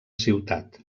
ciutat